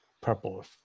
purple